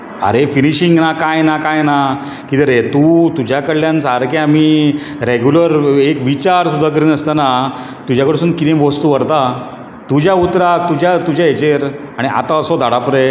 आरे फिनिशींग ना कांय ना कांय ना कितें रें तूं तुज्या कडल्यान सारके आमी रेगुलर एक विचार सुद्दां करिनासतना तुज्या कडसून कितें वस्तू व्हरता तुज्या उतराक तुज्या हेजेर आनी आतां असो धाडप रे